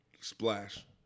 splash